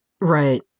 Right